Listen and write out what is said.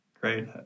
Great